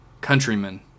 Countrymen